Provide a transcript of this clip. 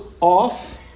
off